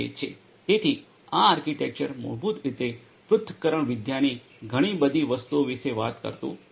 તેથી આ આર્કિટેક્ચર મૂળભૂત રીતે પૃથક્કરણવિદ્યાની ઘણી બધી વસ્તુઓ વિશે વાત કરતું નથી